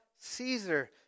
Caesar